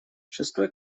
шестой